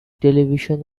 television